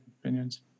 opinions